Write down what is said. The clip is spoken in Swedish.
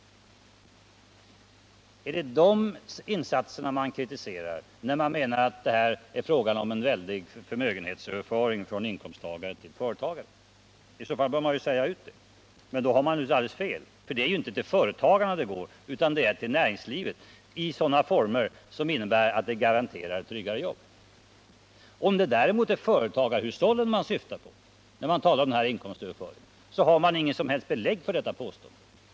Är det de insatserna man kritiserar när man menar att det är fråga om väldiga förmögenhetsöverföringar från inkomsttagare till företagare? I så fall bör man säga ut det. Men då har man naturligtvis alldeles fel, för det är inte till företagarna pengarna går utan till näringslivet, i sådana former som garanterar tryggare jobb. Om det däremot är företagarhushållen man syftar på när man talar om dessa inkomstöverföringar, har man inget som helst belägg för detta påstående.